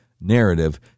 narrative